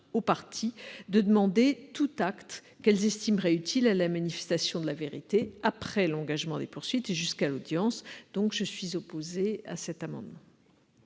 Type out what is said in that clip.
aux parties de demander tout acte qu'elles estimeraient utile à la manifestation de la vérité après l'engagement des poursuites jusqu'à l'audience. Je mets aux voix l'amendement